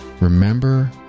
remember